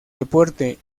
deporte